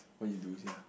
what you do sia